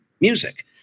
music